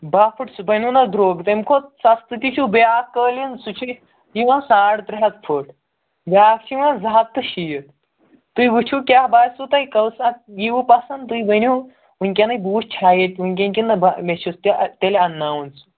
بَہہ فُٹ سُہ بَنیو نا درٛوگ تَمہِ کھۄتہٕ سَستہٕ تہِ چھُ بیٛاکھ قٲلیٖن سُہ چھِ یِوان ساڑ ترٛےٚ ہَتھ پھٕٹ بیٛاکھ چھِ یِوان زٕ ہَتھ تہٕ شیٖتھ تُہۍ وٕچھِو کیٛاہ باسِوٕ تۄہہِ کُس اَکھ ییٖوٕ پَسنٛد تُہۍ ؤنِو وٕنۍکٮ۪نٕے بہٕ وٕچھ چھا ییٚتہِ وٕنکٮ۪ن کِنہٕ نہ با مےٚ چھُ تہِ تیٚلہِ اَنناوُن سُہ